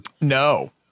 No